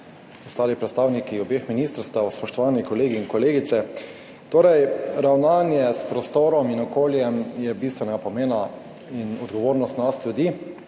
ostali predstavniki obeh ministrstev! Spoštovani kolegi in kolegice! Torej, ravnanje s prostorom in okoljem je bistvenega pomena in odgovornost nas ljudi,